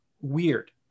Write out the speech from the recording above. weird